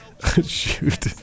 Shoot